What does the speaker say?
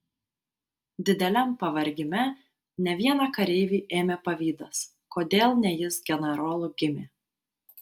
dideliam pavargime ne vieną kareivį ėmė pavydas kodėl ne jis generolu gimė